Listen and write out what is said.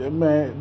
man